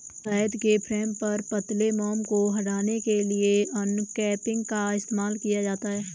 शहद के फ्रेम पर पतले मोम को हटाने के लिए अनकैपिंग का इस्तेमाल किया जाता है